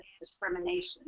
discrimination